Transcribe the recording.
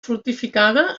fortificada